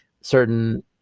certain